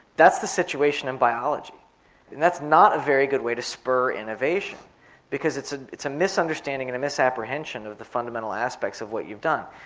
that's the situation in biology and that's not a very good way to spur innovation because it's ah it's a misunderstanding and a misapprehension of the fundamental aspects of what you've done.